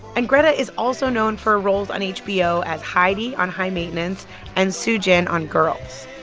and greta is also known for roles on hbo as heidi on high maintenance and soojin on girls.